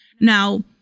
Now